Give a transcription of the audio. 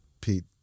Pete